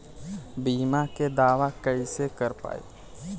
बीमा के दावा कईसे कर पाएम?